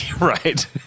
Right